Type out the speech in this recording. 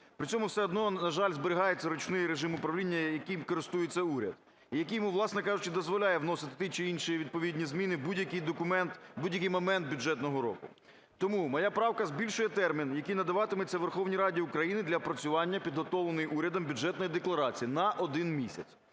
При цьому все одно, на жаль, зберігається ручний режим управління, яким користується урядом, який йому, власне кажучи, дозволяє вносити ті чи інші відповідні зміни в будь-який документ, в будь-який момент бюджетного року. Тому моя правка збільшує термін, який надаватиметься Верховній Раді України для опрацювання підготовленої урядом Бюджетної декларації на 1 місяць.